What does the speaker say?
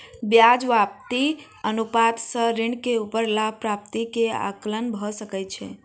ब्याज व्याप्ति अनुपात सॅ ऋण के ऊपर लाभ प्राप्ति के आंकलन भ सकै छै